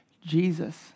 Jesus